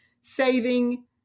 saving